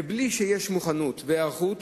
בלי שיש מוכנות והיערכות,